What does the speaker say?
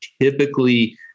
typically